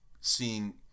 seeing